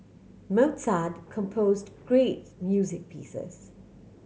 Mozart composed great music pieces